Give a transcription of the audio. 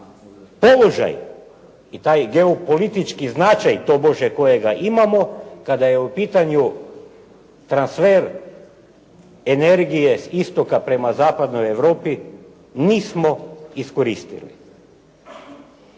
položaj i taj geopolitički značaj tobože kojega imamo kada je u pitanju transfer energije s istoka prema Zapadnoj Europi nismo iskoristili.